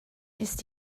ist